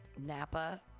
napa